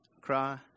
cry